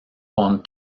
con